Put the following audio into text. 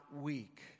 weak